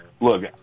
look